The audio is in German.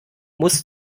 muss